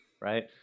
right